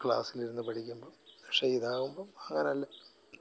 ക്ലാസ്സിലിരുന്ന് പഠിക്കുമ്പം പക്ഷെ ഇതാകുമ്പം അങ്ങനെ അല്ല